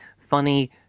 funny